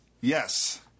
Yes